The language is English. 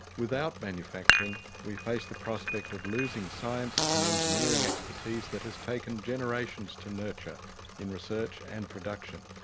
without manufacturing, we face the prospect of losing science and engineering expertise that has taken generations to nurture in research and production.